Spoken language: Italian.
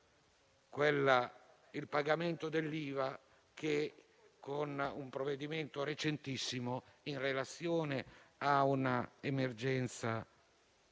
il pagamento dell'IVA che, con un provvedimento recentissimo, in relazione a un'emergenza